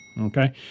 Okay